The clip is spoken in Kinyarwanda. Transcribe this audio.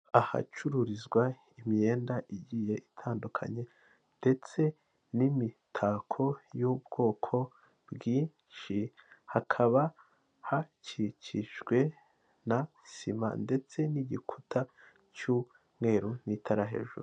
Ahacururizwa imyenda igiye itandukanye ndetse n'imitako y'ubwoko bwinshi hakaba hakikijwe na sima ndetse n'igikuta cy'umweru n'itara hejuru.